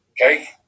okay